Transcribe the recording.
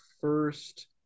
first